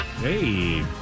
Hey